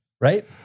Right